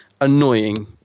annoying